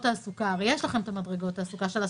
תעסוקה - ויש לכם את מדרגות התעסוקה - של השכר.